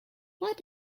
what